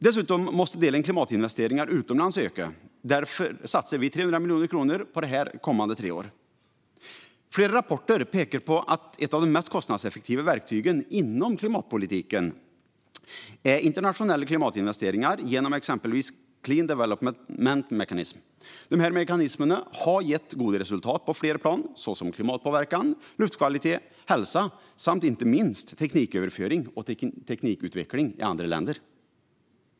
Dessutom måste klimatinvesteringar utomlands öka. Därför satsar vi 300 miljoner kronor på detta de kommande tre åren. Flera rapporter pekar på att ett av de mest kostnadseffektiva verktygen inom klimatpolitiken är internationella klimatinvesteringar genom exempelvis Clean Development Mechanism. Dessa mekanismer har gett goda resultat på flera plan, såsom klimatpåverkan, luftkvalitet och hälsa samt inte minst tekniköverföring och teknikutveckling i andra länder.